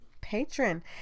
patron